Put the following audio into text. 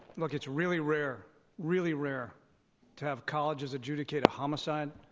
look, it's really rare really rare to have colleges adjudicate a homicide.